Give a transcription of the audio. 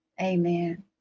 amen